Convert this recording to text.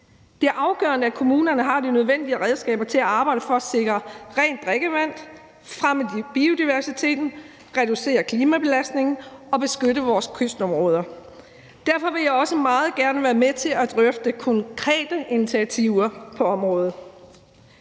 Det er afgørende, at kommunerne har de nødvendige redskaber til at arbejde for at sikre rent drikkevand, fremme biodiversiteten, reducere klimabelastningen og beskytte vores kystområder. Derfor vil jeg også meget gerne være med til at drøfte konkrete initiativer på området.